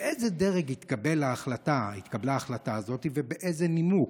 באיזה דרג התקבלה ההחלטה הזאת ובאיזה נימוק?